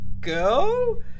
go